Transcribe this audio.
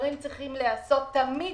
הדברים צריכים להיעשות תמיד